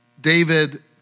David